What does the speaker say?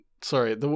Sorry